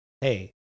hey